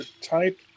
type